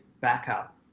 backup